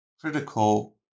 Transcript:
critical